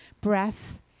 breath